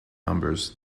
numbers